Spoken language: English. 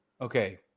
Okay